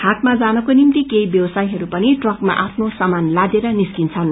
हाटमा जानको निम्ति केही व्यवसायीहरू पनि ट्रकमा आफ्नो सामान लादेर निस्क्छन्